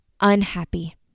unhappy